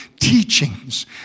teachings